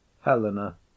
Helena